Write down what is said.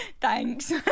thanks